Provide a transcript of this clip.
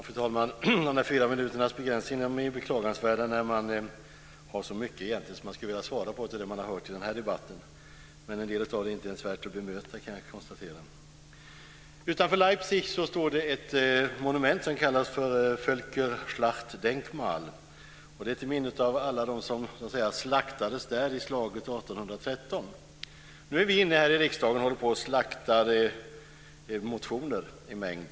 Fru talman! Tidsbegränsningen på fyra minuter är beklagansvärd när man egentligen har så mycket som man skulle vilja svara på efter att har lyssnat på den här debatten. Men jag kan konstatera att en del av det inte ens är värt att bemöta. Utanför Leipzig står ett monument som kallas Nu håller vi här i riksdagen på att slakta motioner i mängd.